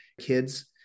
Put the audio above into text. kids